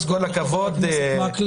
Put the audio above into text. אז כל הכבוד לאפי -- ברכות לחבר הכנסת מקלב,